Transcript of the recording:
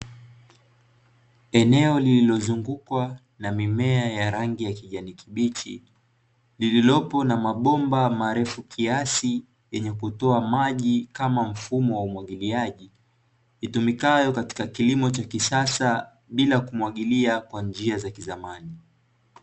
Eneo lililozungukwa na mimea ya rangi ya kijani kibichi, lililopo na mabomba marefu kiasi yenye kutoa maji kama mfumo wa umwagiliaji, itumikayo katika kilimo cha kisasa bila kumwagilia kwa njia za kizamani.